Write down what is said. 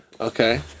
Okay